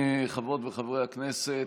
חברות וחברי הכנסת,